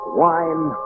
wine